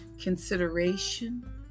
consideration